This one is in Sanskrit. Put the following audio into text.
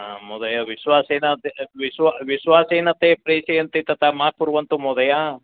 हा महोदय विश्वासेन विश् विश्वासेन ते प्रेषयन्ति तथा मा कुर्वन्तु महोदय